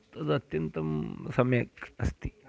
तदत्यन्तं सम्यक् अस्ति